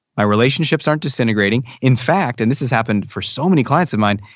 my relationships aren't disintegrating. in fact, and this has happened for so many clients of mine,